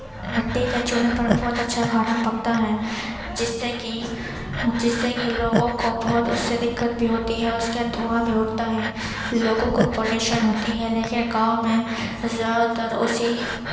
مٹی کے چولہے پر بہت اچھا کھانا پکتا ہے جس سے کہ جس سے کی لوگوں کو بہت اس سے دقت بھی ہوتی ہے اس کا دھواں بھی اٹھتا ہے لوگوں کو پلوشن ہوتی ہے لیکن گاؤں میں زیادہ تر اسی